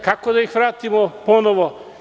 Kako da ih vratimo ponovo?